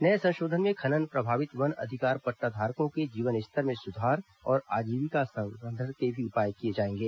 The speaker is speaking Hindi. नए संशोधन में खनन प्रभावित वन अधिकार पट्टाधारकों के जीवनस्तर में सुधार और आजीविका संवर्धन के उपाय भी इससे किए जाएंगे